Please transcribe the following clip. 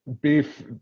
Beef